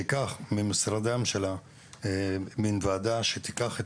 ארגון או איזו שהיא מן ועדה שתיקח את